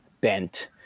bent